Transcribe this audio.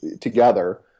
together